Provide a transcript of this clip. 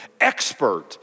expert